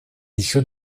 еще